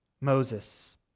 Moses